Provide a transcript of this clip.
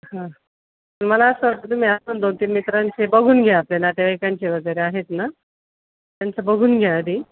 हां पण मला असं वाटतं तुम्ही अजून दोनतीन मित्रांचे बघून घ्या आपल्या नातेवाइकांचे वगैरे आहेत ना त्यांचं बघून घ्या आधी